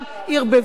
ערבבו,